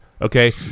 Okay